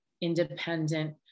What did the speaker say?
independent